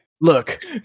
Look